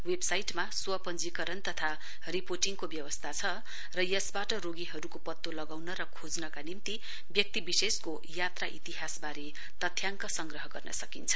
वेवसाइटमा स्वपञ्जीकरण तथा रिपोर्टिङको व्यवस्था छ र यसबाट रोगीहरूको पत्तो लगाउन र खोज्नका निम्ति व्यक्तिविशेषको यात्रा इतिहासबारे तथ्याङ्क संग्रह गर्न सकिन्छ